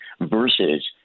versus